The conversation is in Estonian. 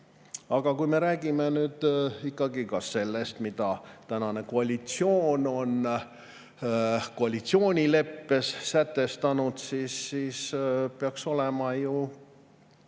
Aga kui me räägime ka sellest, mida tänane koalitsioon on koalitsioonileppes sätestanud, siis peaks ju